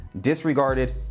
disregarded